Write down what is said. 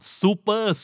super